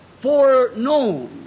foreknown